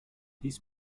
dies